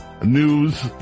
News